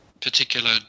particular